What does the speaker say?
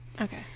okay